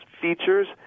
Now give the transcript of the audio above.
features